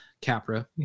Capra